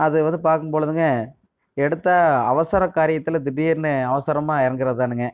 அதுவந்து பார்க்கும் பொழுதுங்க எடுத்த அவசர காரியத்தில் திடீர்ன்னு அவசரமாக இறங்குறதுதானுங்க